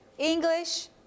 English